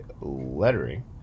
lettering